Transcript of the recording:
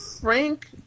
Frank